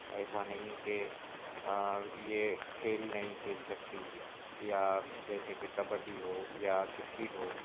ایسا نہیں کہ یہ کھیل نہیں کھیل سکتی یا جیسے کہ کبڈی ہو یا کرکٹ ہو